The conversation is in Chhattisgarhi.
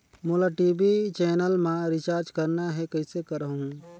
मोला टी.वी चैनल मा रिचार्ज करना हे, कइसे करहुँ?